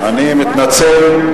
אני מתנצל,